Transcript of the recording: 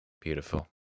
Beautiful